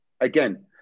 again